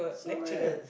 so weird